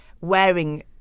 wearing